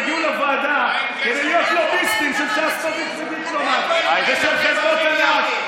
הם הגיעו לוועדה כדי להיות לוביסטים של שסטוביץ ושל חברות ענק,